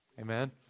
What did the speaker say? Amen